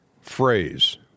phrase